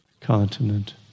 continent